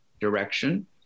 direction